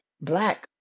black